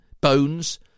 bones